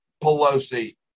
Pelosi